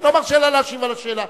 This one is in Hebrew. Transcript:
לא מרשה לה להשיב על השאלה.